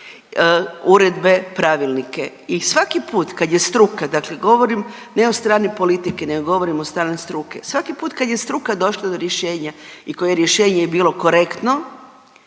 uredbe, pravilnike. I svaki put kad je struka, dakle govorim ne od strane politike, nego govorim od strane struke, svaki put kad je struka došla do rješenja i koje rješenje je bilo korektno